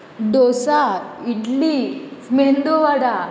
dosa idli medu वडा